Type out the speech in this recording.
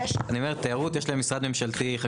לתיירות יש משרד ממשלתי משלהם,